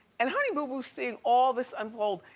and honey boo boo's seein' all this unfold.